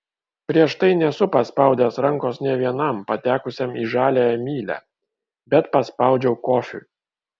prieš tai nesu paspaudęs rankos nė vienam patekusiam į žaliąją mylią bet paspaudžiau kofiui